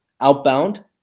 outbound